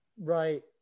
Right